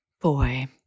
Boy